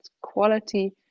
quality